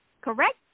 correct